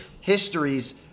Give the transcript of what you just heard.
histories